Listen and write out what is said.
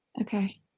Okay